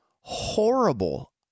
horrible